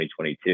2022